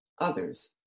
others